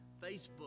Facebook